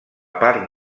part